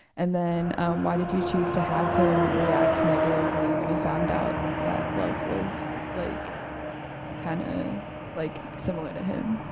and then why did you choose to have him react negatively when he found out that love was like kind of like similar similar to him?